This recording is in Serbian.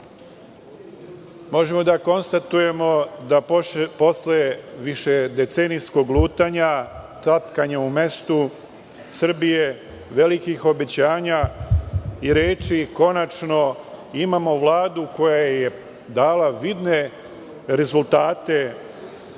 Možemo da konstatujemo da posle višedecenijskog lutanja, tapkanja u mestu Srbije, velikih obećanja i reči, konačno imamo Vladu koja je dala vidne rezultate,